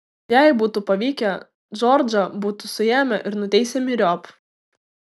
jei būtų pavykę džordžą būtų suėmę ir nuteisę myriop